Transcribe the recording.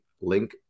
link